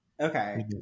Okay